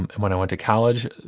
um and when i went to college,